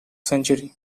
century